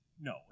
No